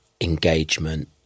engagement